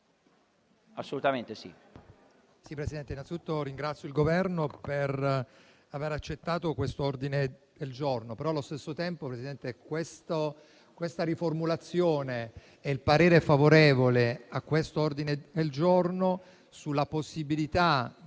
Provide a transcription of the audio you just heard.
Desidero, innanzitutto, ringraziare il Governo per aver accettato questo ordine del giorno ma, allo stesso tempo, la riformulazione e il parere favorevole a questo ordine del giorno sulla possibilità